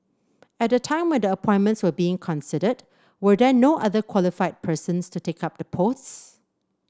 at the time when the appointments were being considered were there no other qualified persons to take up the posts